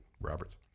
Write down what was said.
Roberts